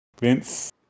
Vince